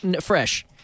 Fresh